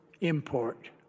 import